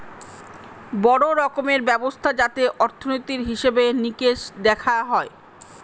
বড়ো রকমের ব্যবস্থা যাতে অর্থনীতির হিসেবে নিকেশ দেখা হয়